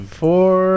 four